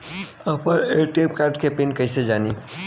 आपन ATM card के PIN कईसे जानी?